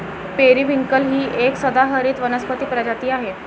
periwinkle ही एक सदाहरित वनस्पती प्रजाती आहे